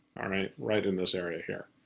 ah right right in this area here.